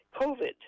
covid